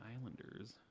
Islanders